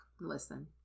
listen